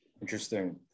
interesting